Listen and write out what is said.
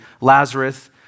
Lazarus